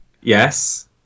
Yes